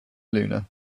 luna